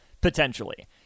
potentially